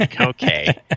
okay